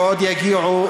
ועוד יגיעו,